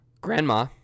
Grandma